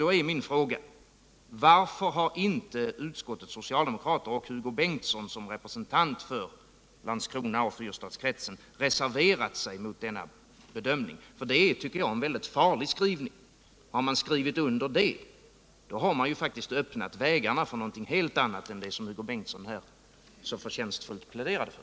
Då är min fråga: Varför har inte utskottets socialdemokrater och Hugo Bengtsson som representant för Landskrona och fyrstadskretsen reserverat sig mot denna bedömning? Det är, tycker jag, en farlig skrivning, och har man skrivit under den har man faktiskt öppnat vägarna för någonting helt annat än det som Hugo Bengtsson här så förtjänstfullt pläderade för.